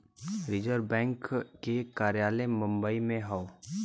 reserve bank के कार्यालय बम्बई में हौ